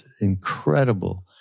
incredible